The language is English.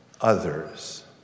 others